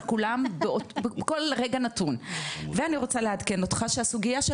כולם בכל רגע נתון ואני רוצה לעדכן אותך שהסוגייה של